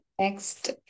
next